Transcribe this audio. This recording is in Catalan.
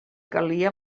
calia